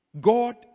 God